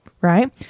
Right